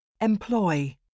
Employ